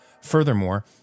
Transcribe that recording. Furthermore